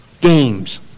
games